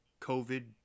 COVID